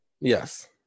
Yes